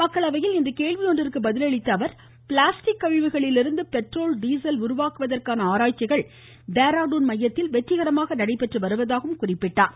மக்களவையில் இன்று கேள்வி ஒன்றிற்கு பதில் அளித்த அவர் பிளாஸ்டிக் கழிவுகளிலிருந்து பெட்ரோல் டீசல் உருவாக்குவதற்கான ஆராய்ச்சிகள் இதன் டேராடுன் மையத்தில் வெற்றிகரமாக நடைபெற்று வருவதாக குறிப்பிட்டார்